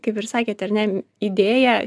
kaip ir sakėte ar ne idėja